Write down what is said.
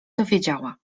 dowiedziała